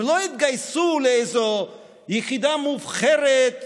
הם לא התגייסו לאיזו יחידה מובחרת ואמרו: